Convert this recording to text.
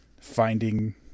finding